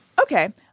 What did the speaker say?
Okay